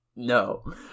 No